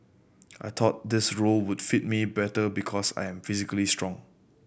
I thought this role would fit me better because I am physically strong